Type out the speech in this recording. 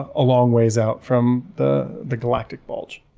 a long ways out from the the galactic bulge.